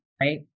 Right